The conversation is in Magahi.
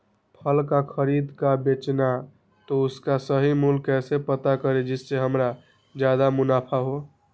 फल का खरीद का बेचना हो तो उसका सही मूल्य कैसे पता करें जिससे हमारा ज्याद मुनाफा हो?